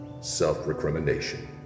self-recrimination